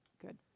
Good